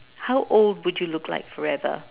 how old would you look like forever